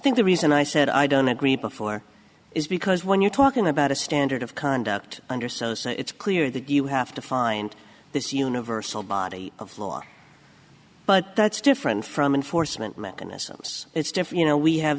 think the reason i said i don't agree before is because when you're talking about a standard of conduct under so it's clear that you have to find this universal body of law but that's different from enforcement mechanisms it's different you know we have